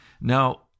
Now